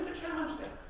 challenge that.